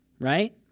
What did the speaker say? right